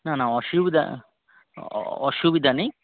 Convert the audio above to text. না না অসুবিধা অসুবিধা নেই